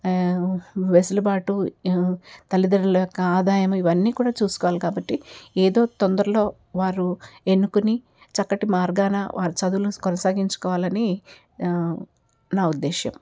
వెసులుబాటు తల్లిదండ్రుల యొక్క ఆదాయం ఇవన్నీ కూడా చూసుకోవాలి కాబట్టి ఏదో తొందరలో వారు ఎన్నుకొని చక్కటి మార్గాన వారి చదువులు కొనసాగించుకోవాలని నా ఉద్దేశం